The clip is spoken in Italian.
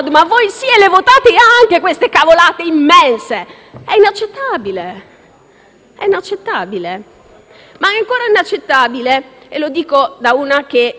È inaccettabile! Ma è ancora più inaccettabile - e lo dico da una che, pur avendo vissuto un po' qui e un po' lì, è nata in un'autonomia speciale - che per fare